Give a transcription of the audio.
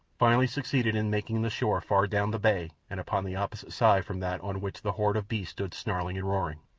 finally succeeded in making the shore far down the bay and upon the opposite side from that on which the horde of beasts stood snarling and roaring.